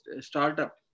startup